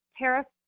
tariffs